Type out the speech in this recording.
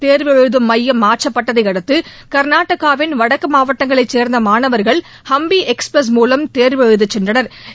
தேர்வு எழுதம் மையம் மாற்ற்பபட்டதை அடுத்து கர்நாடகாவின் வடக்கு மாவட்டங்களைச் சோ்ந்த மாணவா்கள் ஹம்பி எக்ஸ்பிரஸ் மூலம் தேர்வு எழுதச் சென்றனா்